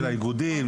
של האיגודים,